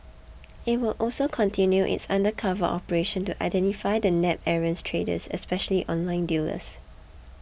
it will also continue its undercover operations to identify and nab errant traders especially online dealers